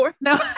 No